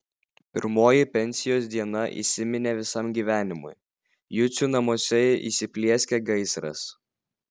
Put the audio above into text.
pirmoji pensijos diena įsiminė visam gyvenimui jucių namuose įsiplieskė gaisras